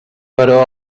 però